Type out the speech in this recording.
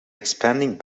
expanding